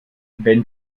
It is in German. wenn